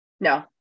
No